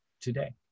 today